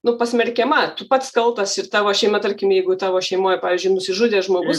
nu pasmerkiama tu pats kaltas ir tavo šeima tarkim jeigu tavo šeimoj pavyzdžiui nusižudė žmogus